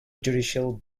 judicial